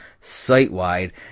site-wide